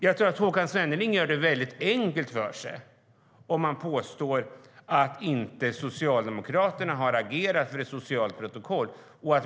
Jag tror att Håkan Svenneling gör det enkelt för sig om han påstår att Socialdemokraterna inte har agerat för ett socialt protokoll.